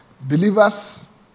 Believers